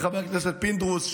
חבר הכנסת פינדרוס,